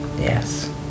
Yes